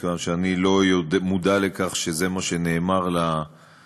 וכיוון שאני לא מודע לכך שזה מה שנאמר למשפחות,